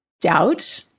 doubt